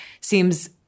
seems